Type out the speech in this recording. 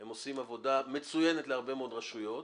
הם עושים עבודה מצוינת להרבה מאוד רשויות.